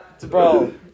Bro